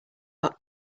got